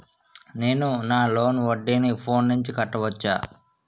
నేను నా లోన్ వడ్డీని ఫోన్ నుంచి కట్టవచ్చా?